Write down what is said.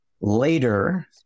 later